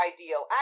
Ideal